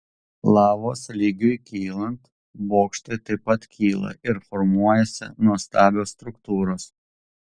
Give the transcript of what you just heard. lavos lygiui kylant bokštai taip pat kyla ir formuojasi nuostabios struktūros